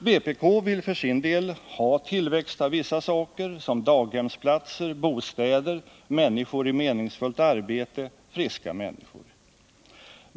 Vpk vill för sin del ha tillväxt i vissa avseenden, t.ex. av antalet daghemsplatser, bostäder, personer i meningsfullt arbete och friska människor.